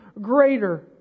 greater